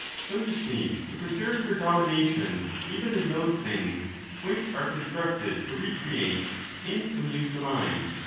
so you seek to preserve her domination even in those things which are con structed to recreate and amuse the mind.